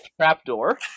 trapdoor